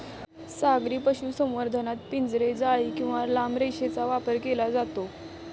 सागरी पशुसंवर्धनात पिंजरे, जाळी किंवा लांब रेषेचा वापर केला जातो